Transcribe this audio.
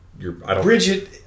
Bridget